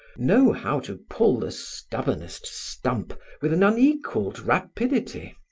know how to pull the stubbornest stump with an unequalled rapidity.